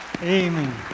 Amen